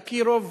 אקירוב,